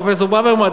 פרופסור ברוורמן,